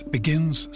Begins